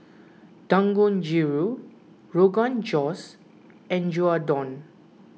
Dangojiru Rogan Josh and Gyudon